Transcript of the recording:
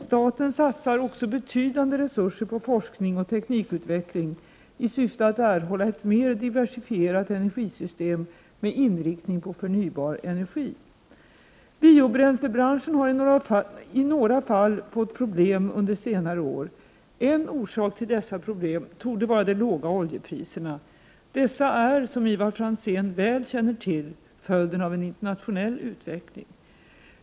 Staten satsar också betydande resurser på forskning och teknikutveckling i syfte att erhålla ett mer diversifierat energisystem med inriktning på förnybar energi. Biobränslebranschen har i några fall fått problem under senare år. En orsak till dessa problem torde vara de låga oljepriserna. Dessa är, som Ivar Franzén väl känner till, följden av en internationell utveckling.